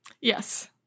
Yes